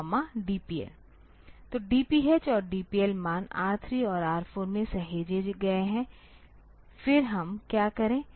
तो DPH और DPL मान R3 और R4 में सहेजे गए हैं फिर हम क्या करें